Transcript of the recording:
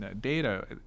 data